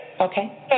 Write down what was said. Okay